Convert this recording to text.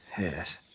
Yes